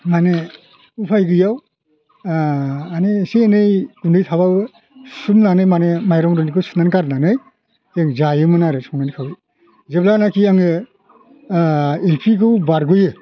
माने उफाय गैयैयाव मानि एसे एनै गुन्दै थाबाबो सुहुरनानै माने माइरं गुन्दैखौ सुनानै गारनानै जों जायोमोन आरो सङै खावै जेब्लानाखि आङो इलफिखौ बारग'यो